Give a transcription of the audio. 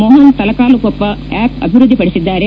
Mohan Talakalukoppa app ಅಭಿವೃದ್ದಿ ಪಡಿಸಿದ್ದಾರೆ